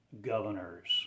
governors